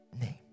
name